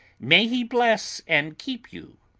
may he bless and keep you!